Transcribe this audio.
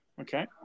okay